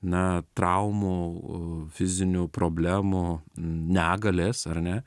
na traumų fizinių problemų negalės ar ne